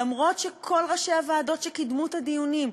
למרות העובדה שכל ראשי הוועדות שקידמו את הדיונים,